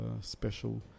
special